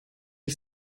ich